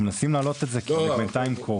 אנחנו מנסים להעלות את זה כי זה בינתיים קורה.